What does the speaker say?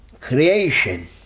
creation